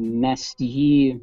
mes jį